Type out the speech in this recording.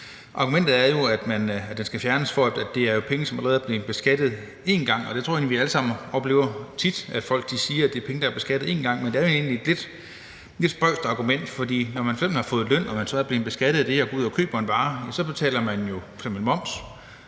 Argumentet er jo, at den skal fjernes, fordi det er penge, der allerede er blevet beskattet én gang. Jeg tror egentlig, at vi alle sammen tit oplever, at folk siger, at det er penge, der er beskattet én gang. Men det er jo egentlig et lidt spøjst argument, fordi når man har fået løn og man så er blevet beskattet af det og går ud og køber en vare, så betaler man f.eks. moms